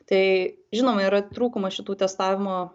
tai žinoma yra trūkumas šitų testavimo